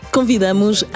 Convidamos